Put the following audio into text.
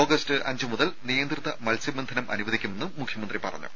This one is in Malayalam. ഓഗസ്റ്റ് അഞ്ച് മുതൽ നിയന്ത്രിത മത്സ്യബന്ധനം അനുവദിക്കുമെന്നും മുഖ്യമന്ത്രി പറഞ്ഞു